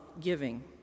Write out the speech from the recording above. giving